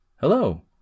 Hello